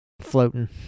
floating